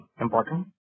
important